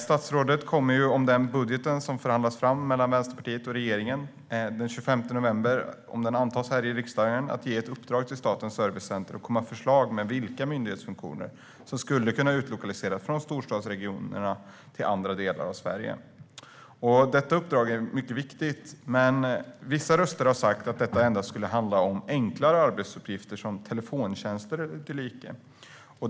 Statsrådet kommer om den budget som förhandlats fram mellan Vänsterpartiet och regeringen antas av riksdagen den 25 november att ge ett uppdrag till Statens servicecenter att komma med förslag på vilka myndighetsfunktioner som skulle kunna utlokaliseras från storstadsregionerna till andra delar av Sverige. Detta uppdrag är mycket viktigt, men vissa röster har sagt att det endast skulle handla om enklare arbetsuppgifter som telefontjänster eller dylikt.